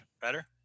better